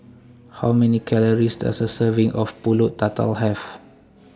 How Many Calories Does A Serving of Pulut Tatal Have